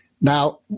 Now